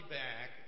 back